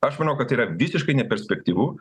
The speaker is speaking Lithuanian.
aš manau kad tai yra visiškai neperspektyvu